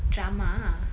drama